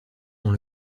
dans